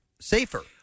safer